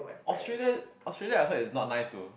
Australia Australia I heard it's not nice though